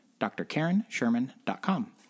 drkarensherman.com